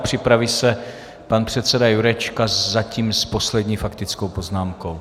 Připraví se pan předseda Jurečka, zatím s poslední faktickou poznámkou.